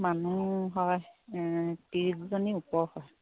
মানুহ হয় ত্ৰিছজনী ওপৰ হয়